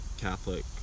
Catholic